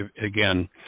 Again